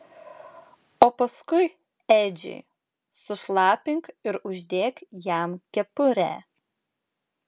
o paskui edžiui sušlapink ir uždėk jam kepurę